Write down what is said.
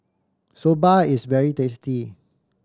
soba is very tasty